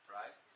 right